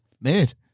made